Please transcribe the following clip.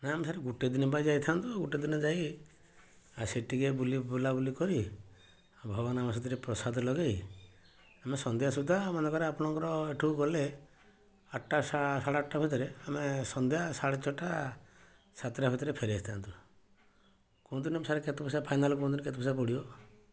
ନା ଆମେ ଗୋଟେ ଦିନ ପାଇଁ ଯାଇଥାନ୍ତୁ ଗୋଟେ ଦିନ ଯାଇ ସେଠି ଟିକେ ବୁଲାବୁଲି କରି ଭଗବାନଙ୍କ ସାଥିରେ ପ୍ରସାଦ ଲଗାଇ ଆମେ ସନ୍ଧ୍ୟା ସୁଦ୍ଧା ମନେକର ଆପଣଙ୍କର ଏଠୁ ଗଲେ ଆଠଟା ସାଢ଼େ ଆଠଟା ଭିତରେ ଆମେ ସନ୍ଧ୍ୟା ସାଢ଼େ ଛଅଟା ସାତଟା ଭିତରେ ଫେରିଆସିଥାନ୍ତୁ କୁହନ୍ତୁନା ସାର୍ କେତେ ପଇସା ଫାଇନାଲ୍ କୁହନ୍ତୁନା କେତେ ପଇସା ପଡ଼ିବ